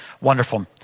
wonderful